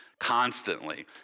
constantly